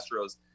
Astros